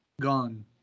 Gone